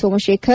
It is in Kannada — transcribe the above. ಸೋಮಶೇಖರ್